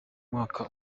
mwaka